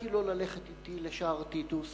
הצעתי לו ללכת אתי לשער טיטוס,